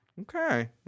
Okay